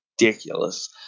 ridiculous